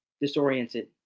disoriented